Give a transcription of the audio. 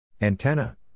Antenna